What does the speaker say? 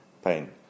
Pain